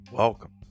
welcome